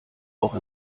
auch